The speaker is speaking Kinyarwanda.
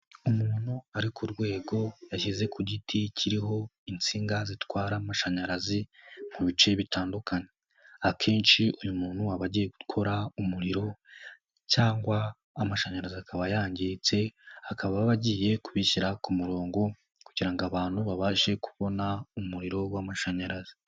Umuntu ari ku rwego yashyize ku giti kiriho insinga zitwara amashanyarazi mu bice bitandukanye, akenshi uyu muntu aba agiye gukora umuriro cyangwa amashanyarazi, akaba yangiritse akaba agiye kubishyira ku murongo kugira ngo abantu babashe kubona umuriro w'amashanyarazi.